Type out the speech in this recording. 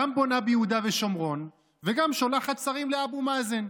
גם בונה ביהודה ושומרון וגם שולחת שרים לאבו מאזן.